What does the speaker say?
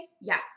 Yes